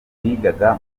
bigaga